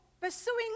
pursuing